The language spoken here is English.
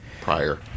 prior